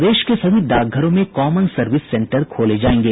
प्रदेश के सभी डाकघरों में कॉमन सर्विस सेंटर खोले जायेंगे